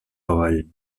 avall